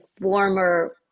former